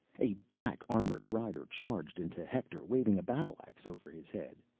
a black-armored rider charged into hector, waving a battle-ax over his head.